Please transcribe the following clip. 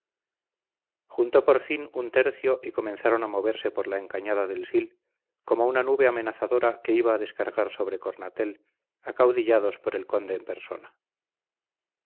pintaban juntó por fin un tercio y comenzaron a moverse por la encañada del sil como una nube amenazadora que iba a descargar sobre cornatel acaudillados por el conde en persona